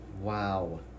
Wow